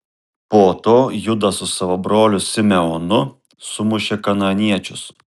po to judas su savo broliu simeonu sumušė kanaaniečius